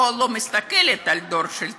או, לא מסתכלת על הדור של הצעירים,